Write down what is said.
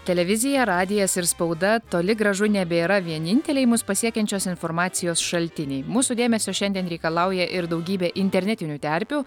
televizija radijas ir spauda toli gražu nebėra vieninteliai mus pasiekiančios informacijos šaltiniai mūsų dėmesio šiandien reikalauja ir daugybė internetinių terpių